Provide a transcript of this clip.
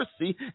mercy